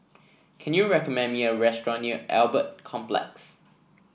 can you recommend me a restaurant near Albert Complex